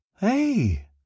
Hey